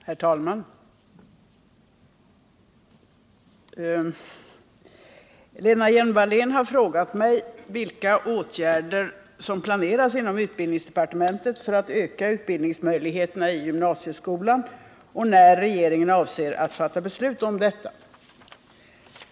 Herr talman! Lena Hjelm-Wallén har frågat mig vilka åtgärder som planeras inom utbildningsdepartementet för att öka utbildningsmöjligheterna i gymnasieskolan och när regeringen avser att fatta beslut om detta.